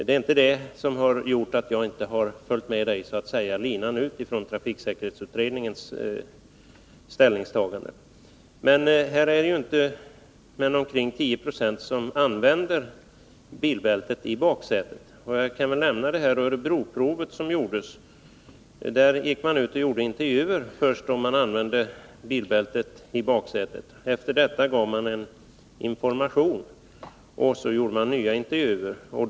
Det är inte detta som har gjort att jag inte har så att säga följt med Wiggo Komstedt linan ut i fråga om trafiksäkerhetsutredningens ställningstagande. Det är ju inte mer än ungefär 10 96 av bilåkarna som använder bilbältet i baksätet. Jag kan som exempel nämna Örebroprovet, där man först gick ut och gjorde intervjuer om användningen av bälte i baksätet. Efter detta gav man en information, och sedan gjorde man intervjuer på nytt.